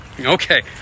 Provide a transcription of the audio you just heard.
okay